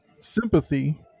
sympathy